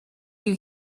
you